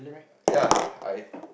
ya I